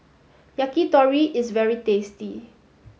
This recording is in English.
Yakitori is very tasty